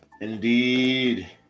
Indeed